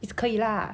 it's 可以 lah